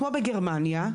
יכולנו לעשות כמו בגרמניה,